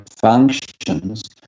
functions